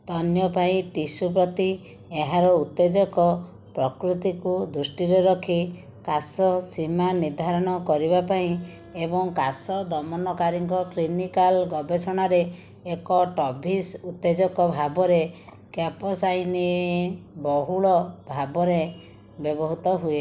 ସ୍ତନ୍ୟପାୟୀ tissue ପ୍ରତି ଏହାର ଉତ୍ତେଜକ ପ୍ରକୃତିକୁ ଦୃଷ୍ଟିରେ ରଖି କାଶ ସୀମା ନିର୍ଦ୍ଧାରଣ କରିବା ପାଇଁ ଏବଂ କାଶ ଦମନକାରୀଙ୍କ କ୍ଲିନିକାଲ ଗବେଷଣାରେ ଏକ ଟଭିସ ଉତ୍ତେଜକ ଭାବରେ କ୍ୟାପସାଇସିନ ବହୁଳ ଭାବରେ ବ୍ୟବହୃତ ହୁଏ